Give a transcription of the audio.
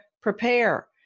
prepare